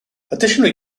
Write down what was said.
additional